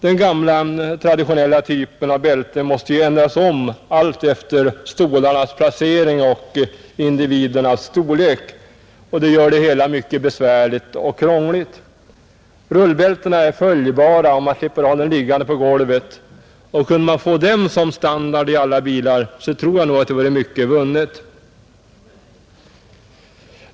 Den gamla traditionella typen av bälten måste ju ändras om alltefter stolarnas placering och individens storlek, och det gör det hela mycket besvärligt och krångligt. Rullbältena är följbara och man slipper ha dem liggande på golvet. Kunde man få dem som standard i alla bilar tror jag att mycket vore vunnet.